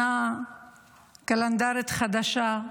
שנה קלנדרית חדשה,